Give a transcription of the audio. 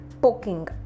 poking